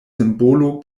simbolo